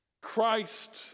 Christ